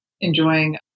enjoying